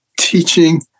teaching